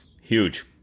huge